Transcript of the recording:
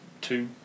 two